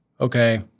okay